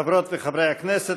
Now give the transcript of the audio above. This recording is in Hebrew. חברות וחברי הכנסת,